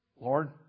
Lord